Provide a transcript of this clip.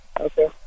Okay